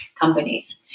companies